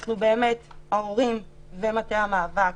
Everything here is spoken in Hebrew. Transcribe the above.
אנחנו, ההורים ומטה המאבק,